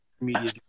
media